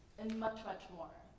and much, much more.